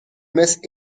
miss